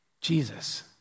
Jesus